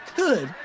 good